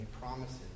promises